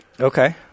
Okay